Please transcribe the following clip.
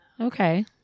Okay